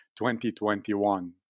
2021